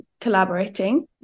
collaborating